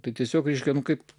tai tiesiog išgenu kaip